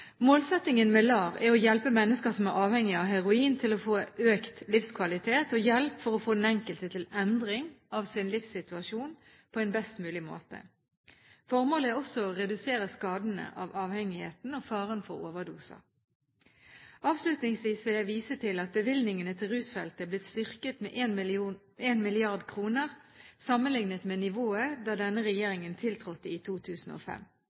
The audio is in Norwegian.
Målsettingen med LAR er å hjelpe mennesker som er avhengig av heroin, til å få økt livskvalitet og gi hjelp til den enkelte til endring av sin livssituasjon på en best mulig måte. Formålet er også å redusere skadene av avhengigheten og faren for overdoser. Avslutningsvis vil jeg vise til at bevilgningene til rusfeltet er blitt styrket med 1 mrd. kr sammenlignet med nivået da denne regjeringen tiltrådte i 2005.